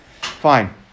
fine